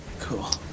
Cool